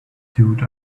sewed